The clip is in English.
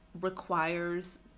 requires